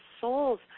souls